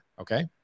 okay